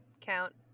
count